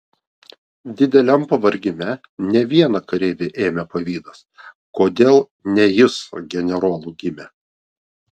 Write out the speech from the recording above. dideliam pavargime ne vieną kareivį ėmė pavydas kodėl ne jis generolu gimė